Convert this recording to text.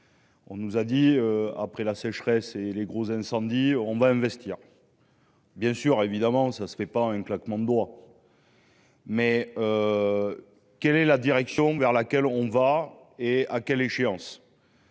On nous a dit. Après la sécheresse et les gros incendie on va investir. Bien sûr, évidemment, ça ne se fait pas en un claquement de doigts. Mais. Quelle est la direction vers laquelle on va et à quelle échéance.